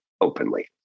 openly